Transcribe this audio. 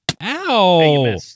Ow